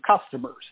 customers